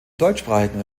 deutschsprachigen